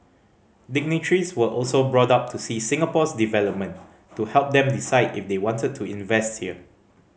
dignitaries were also brought up to see Singapore's development to help them decide if they wanted to invest here